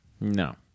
No